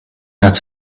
out